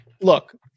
Look